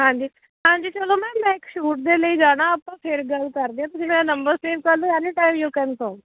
ਹਾਂਜੀ ਹਾਂਜੀ ਚਲੋ ਮੈਮ ਮੈਂ ਇੱਕ ਸ਼ੂਟ ਦੇ ਲਈ ਜਾਣਾ ਆਪਾਂ ਫਿਰ ਗੱਲ ਕਰਦੇ ਆ ਤੁਸੀਂ ਮੇਰਾ ਨੰਬਰ ਸੇਵ ਕਰ ਲਓ any time you can so